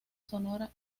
sonora